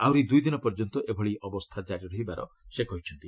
ଆହୁରି ଦୁଇ ଦିନ ପର୍ଯ୍ୟନ୍ତ ଏପରି ଅବସ୍ଥା ଜାରି ରହିବାର ସେ କହିଛନ୍ତି